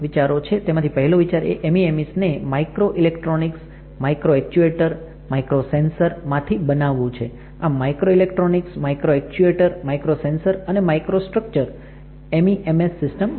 તેમાંથી પહેલો વિચાર એ MEMES ને માઈક્રોઇલેકટ્રોનિકસ માઈક્રોએક્ચ્યુએટર માઈક્રોસેન્સર્સ માંથી બનાવવું છે આમ માઈક્રોઇલેકટ્રોનિકસ માઈક્રોએક્ચ્યુએટર માઈક્રોસેન્સર્સ અને માઈક્રોસ્ટ્રક્ચર MEMS સીસ્ટમ બનાવે છે